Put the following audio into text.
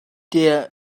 der